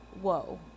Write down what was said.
whoa